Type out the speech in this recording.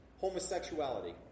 homosexuality